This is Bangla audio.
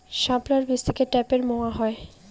শাপলার বীজ থেকে ঢ্যাপের মোয়া হয়?